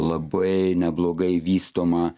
labai neblogai vystoma